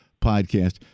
Podcast